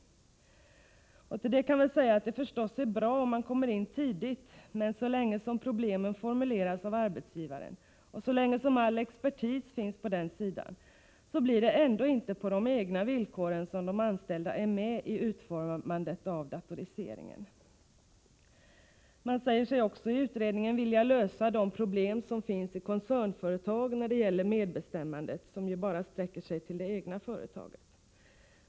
Till detta kan sägas att det förstås är bra om man kommer in tidigt, men så länge problemen formuleras av arbetsgivaren och så länge all expertis finns på den sidan, blir det ändå inte på de egna villkoren som de anställda är med i utformandet av datoriseringen. I utredningen säger man sig vilja lösa de problem som finns i koncernföretag när det gäller medbestämmandet, vilket ju bara sträcker sig till det egna företaget och inte till koncernen.